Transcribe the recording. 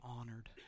honored